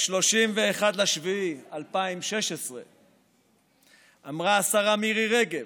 ב-31 ביולי 2016 אמרה השרה מירי רגב: